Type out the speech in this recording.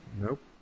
Nope